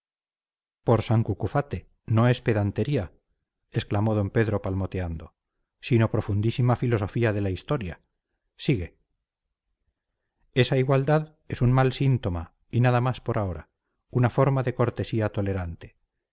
por san cucufate no es pedantería exclamó d pedro palmoteando sino profundísima filosofía de la historia sigue esa igualdad es un mal síntoma y nada más por ahora una forma de cortesía tolerante